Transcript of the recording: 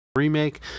remake